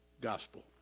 gospel